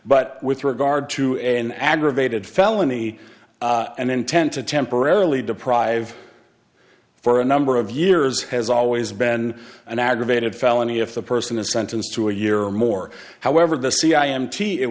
but with regard to an aggravated felony and intent to temporarily deprive for a number of years has always been an aggravated felony if the person is sentenced to a year or more however the c i mt it